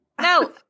no